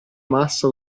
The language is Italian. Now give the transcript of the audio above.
massa